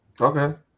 Okay